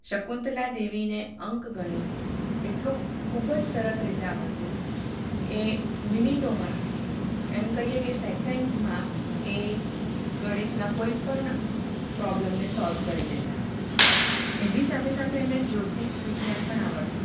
શકુંતલા દેવીને અંક ગણિત એટલું ખૂબ જ સરસ રીતે આવડતું એ મિનિટોમાં એમ કહીએ કે સેકન્ડમાં એ ગણિતના કોઈપણ પ્રોબ્લેમને સોલ્વ કરી દેતાં એની સાથે સાથે એમને જ્યોતિષ વિજ્ઞાન પણ આવડતું